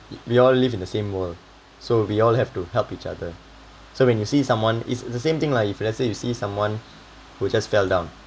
we all live in the same world so we all have to help each other so when you see someone is the same thing lah if let's say you see someone who just fell down